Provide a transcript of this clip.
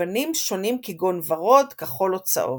בגוונים שונים, כגון ורוד, כחול או צהוב.